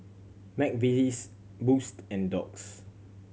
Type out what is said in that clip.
McVitie's Boost and Doux